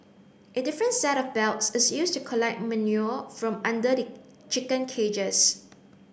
a different set of belts is used to collect manure from under the chicken cages